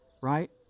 right